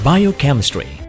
Biochemistry